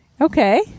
Okay